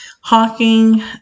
Hawking